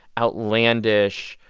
outlandish,